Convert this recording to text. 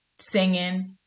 singing